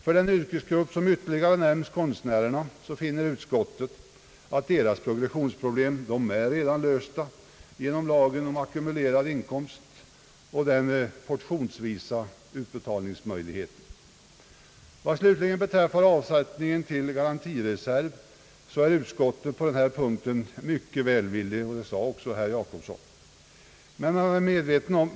För den yrkesgrupp som ytterligare nämnts, konstnärerna, finner utskottet att deras progressionsproblem redan är lösta genom lagen om ackumulerad inkomst och även genom portionsvisa utbetalningsmöjligheter. Vad slutligen beträffar avsättningen till garantireserv ställer sig utskottet mycket välvilligt, det erkände också herr Jacobsson.